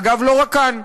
אגב, לא רק כאן.